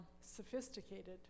sophisticated